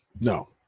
no